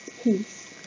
peace